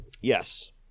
Yes